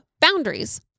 boundaries